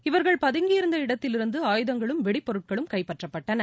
இவர்கள் பதுங்கியிருந்த இடத்திலிருந்து ஆயுதங்களும் வெடிப்பொருட்களும் கைப்பற்றப்பட்டன